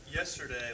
Yesterday